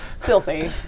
filthy